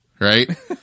right